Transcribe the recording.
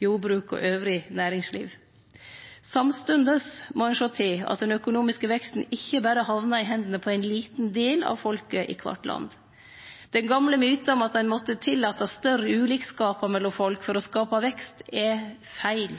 jordbruk og anna næringsliv. Samstundes må ein sjå til at den økonomiske veksten ikkje berre hamnar i hendene på ein liten del av folket i kvart land. Den gamle myten om at ein måtte tillate større ulikskapar mellom folk for å skape vekst, er